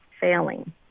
failing